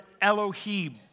Elohim